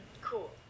cool